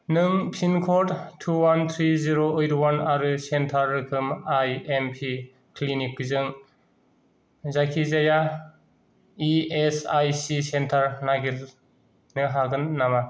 नों pin code two one three zero ओइद one आरो सेन्टार रोखोम आइ एम पि क्लिनिकजों जायखिजाया E S I C centre नागिरनो हागोन नामा